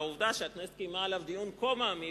והעובדה שהכנסת קיימה עליו דיון כה מעמיק